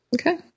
Okay